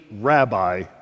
rabbi